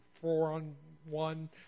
four-on-one